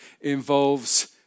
involves